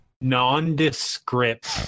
nondescript